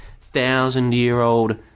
thousand-year-old